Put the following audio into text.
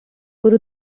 guru